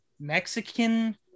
Mexican